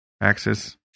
Axis